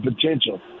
potential